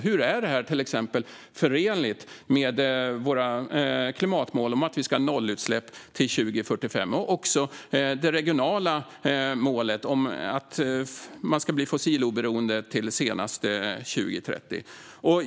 Hur är detta till exempel förenligt med våra klimatmål om att vi ska ha nollutsläpp till 2045 och det regionala målet om att man ska bli fossiloberoende till senast 2030?